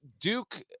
Duke